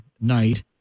night